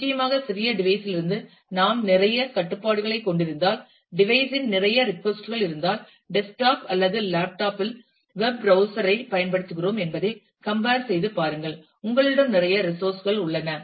நிச்சயமாக சிறிய டிவைஸ் லிருந்து நாம் நிறைய கட்டுப்பாடுகளைக் கொண்டிருந்தால் டிவைஸ் இன் நிறைய ரெட்கொஸ்ட் கள் இருந்தால் டெஸ்க்டாப்பில் அல்லது லேப்டாப் இல் வெப் ப்ரௌஸ்சர் ஐ பயன்படுத்துகிறோம் என்பதை கம்பேர் செய்து பாருங்கள் உங்களிடம் நிறைய ரிசோர்சஸ் கள் உள்ளன